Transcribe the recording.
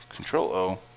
Control-O